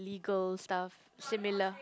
legal stuff similar